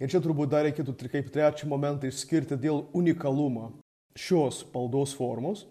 ir čia turbūt dar reikėtų kaip trečią momentą išskirti dėl unikalumo šios maldos formos